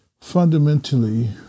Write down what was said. fundamentally